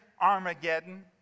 Armageddon